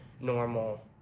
normal